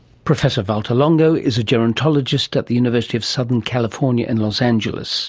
professor valter longo is a gerontologist at the university of southern california in los angeles